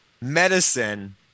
medicine